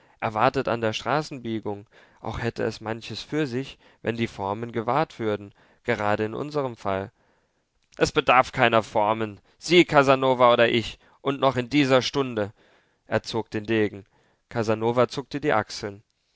wartet an der straßenbiegung auch hätte es manches für sich wenn die formen gewahrt würden gerade in unserm fall es bedarf keiner formen sie casanova oder ich und noch in dieser stunde er zog den degen casanova zuckte die achseln